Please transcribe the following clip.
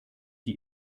die